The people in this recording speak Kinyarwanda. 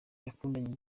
yakundanye